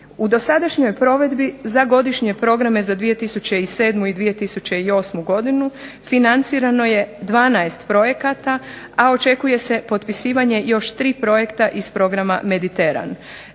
U dosadašnjoj provedbi za godišnje programe za 2007. i 2008. godinu financirano je 12 projekata, a očekuje se potpisivanje još 3 projekta iz programa "Mediteran".